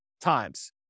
times